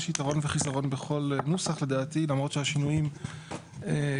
יש יתרונות וחסרונות בכל נוסח למרות שהשינויים קלים.